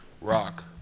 rock